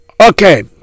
Okay